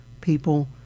people